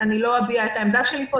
נידון בבית המשפט לא אביא את העמדה שלי פה.